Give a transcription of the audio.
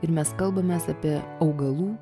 ir mes kalbamės apie augalų